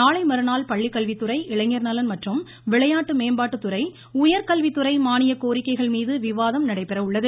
நாளை மறுநாள் பள்ளிக்கல்வித்துறை இளைஞர்நலன் மற்றும் விளையாட்டு மேம்பாட்டுத்துறை உயர்கல்வித்துறை மானிய கோரிக்கைகள்மீது விவாதம் நடைபெற உள்ளது